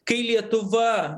kai lietuva